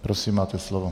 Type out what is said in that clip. Prosím, máte slovo.